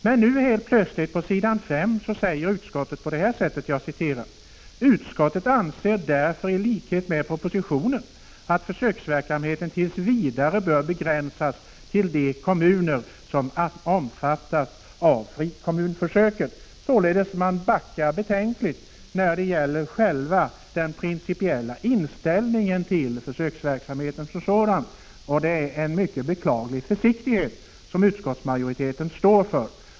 Men nu säger utskottet plötsligt — jag citerar från s. 5: ”Utskottet anser därför i likhet med propositionen att försöksverksamheten tills vidare bör begränsas till de kommuner som omfattas av frikommunförsöket.” Utskottet backar således betänkligt när det gäller den principiella inställningen till försöksverksamheten som sådan. Det är en mycket beklaglig försiktighet som utskottsmajoriteten står för.